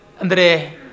andre